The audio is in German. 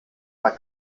war